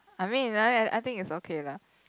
I mean like that I think it's okay lah